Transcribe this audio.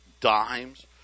dimes